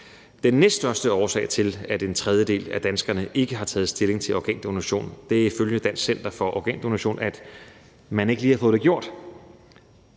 Den næststørste årsag til, at en tredjedel af danskerne ikke har taget stilling til organdonation, er ifølge Dansk Center for Organdonation, at man ikke lige havde fået det gjort.